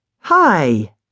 Hi